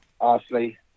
Ashley